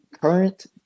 current